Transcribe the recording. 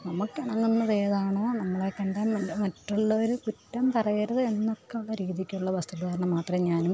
നമുക്കിണങ്ങുന്നതേതാണോ നമ്മളെ കണ്ടാൽ മറ്റുള്ളവർ കുറ്റം പറയരുത് എന്നൊക്കെയുള്ള രീതിക്കുള്ള വസ്ത്രധാരണം മാത്രമേ ഞാനും